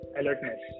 alertness